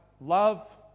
love